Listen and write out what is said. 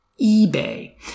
eBay